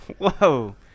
Whoa